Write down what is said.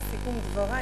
לסיכום דברי,